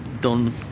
done